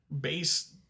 base